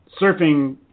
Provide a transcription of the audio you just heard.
surfing